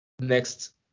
next